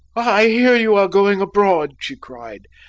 i hear you are going abroad, she cried.